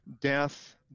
Death